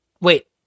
wait